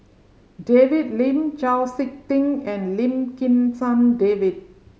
David Lim Chau Sik Ting and Lim Kim San David